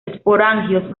esporangios